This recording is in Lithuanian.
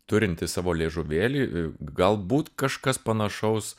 turinti savo liežuvėlį galbūt kažkas panašaus